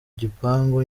gipangu